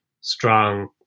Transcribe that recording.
strong